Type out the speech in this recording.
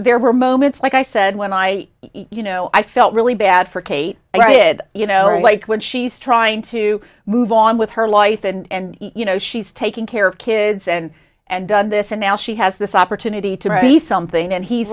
there were moments like i said when i you know i felt really bad for kate i did you know like when she's trying to move on with her life and you know she's taking care of kids and and done this and now she has this opportunity to be something and he's